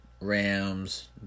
Rams